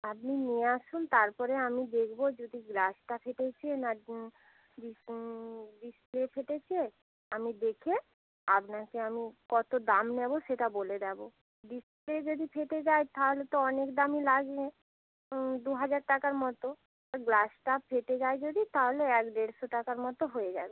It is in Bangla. আপনি নিয়ে আসুন তারপরে আমি দেখবো যদি গ্লাসটা ফেটেছে নাকি ডিস ডিসপ্লে ফেটেছে আমি দেখে আপনাকে আমি কতো দাম নেবো সেটা বলে দেবো ডিসপ্লে যদি ফেটে যায় তাহলে অনেক দামই লাগবে দু হাজার টাকার মতো গ্লাসটা ফেটে যায় যদি তাহলে একশো দেড়শো টাকার মধ্যে হয়ে যাবে